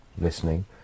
listening